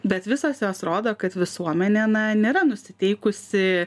bet visos jos rodo kad visuomenė na nėra nusiteikusi